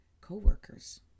co-workers